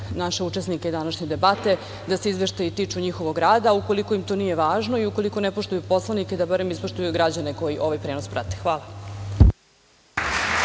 naše učesnike današnje debate da se izveštaji tiču njihovog rada. Ukoliko im to nije važno i ukoliko ne poštuju Poslovnik, da barem ispoštuju građane koji ovaj prenos prate. Hvala.